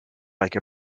like